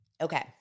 Okay